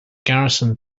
garrison